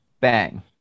bang